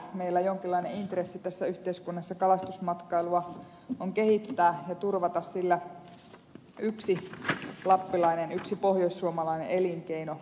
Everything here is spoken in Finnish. mikäli meillä jonkinlainen intressi tässä yhteiskunnassa kalastusmatkailua on kehittää kyllähän sillä turvataan yksi lappilainen yksi pohjoissuomalainen elinkeino